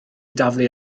daflu